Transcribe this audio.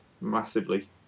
massively